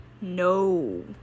No